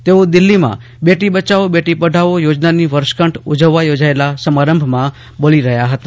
તેઓ દિલ્હીમાં બેટી બચાવો બેટી પઢાઓ યોજનાની વર્ષગાંઠ ઉજવવા યોજાયેલા સમારંભમાં બોલી રહ્યા હતા